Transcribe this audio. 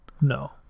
No